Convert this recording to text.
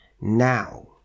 Now